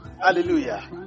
Hallelujah